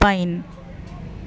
pine